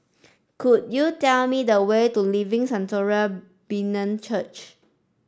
could you tell me the way to Living Sanctuary Brethren Church